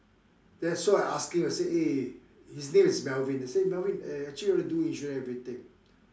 then so I ask him I say eh his name is Melvin I say Melvin eh actually I want to do insurance everything